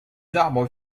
arbres